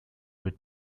were